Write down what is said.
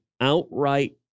outright